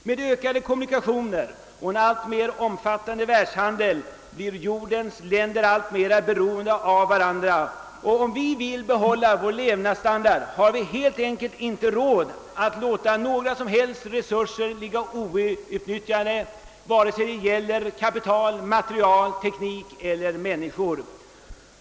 Med förbättrade kommunikationer och en alltmer omfattande världshandel blir jordens länder mer och mer beroende av varandra, och om vi vill behålla vår levnadsstandard har vi helt enkelt inte råd att låta några som helst resurser ligga outnyttjade, vare sig det gäller kapital, material, teknik eller människor.